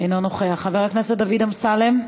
אינו נוכח, חבר הכנסת דוד אמסלם,